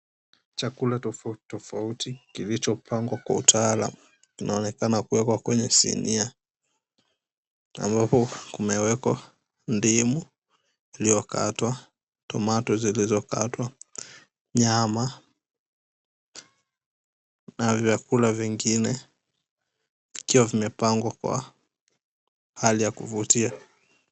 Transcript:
Chakula tofauti tofauti kilichopangwa kwa utaalamu kinaonekana kuwekwa kwenye sinia ambapo kumewekwa ndimu iliyokatwa, tomato zilizokatwa, nyama na vyakula vingine vikiwa vimepangwa kwa hali ya kuvutia.